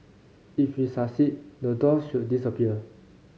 if we succeed the doors should disappear